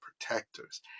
protectors